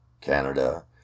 Canada